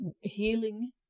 healing